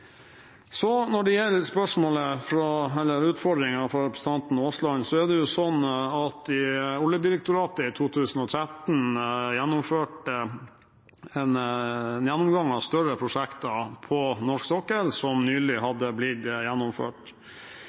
Når det gjelder utfordringen fra representanten Aasland, er det sånn at Oljedirektoratet i 2013 foretok en gjennomgang av større prosjekter på norsk sokkel som nylig hadde blitt gjennomført.